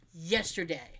yesterday